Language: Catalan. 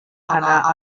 anar